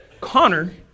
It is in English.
Connor